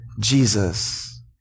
Jesus